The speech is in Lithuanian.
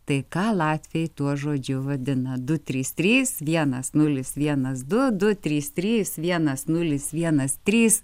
tai ką latviai tuo žodžiu vadina du trys trys vienas nulis vienas du du trys trys vienas nulis vienas trys